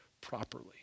properly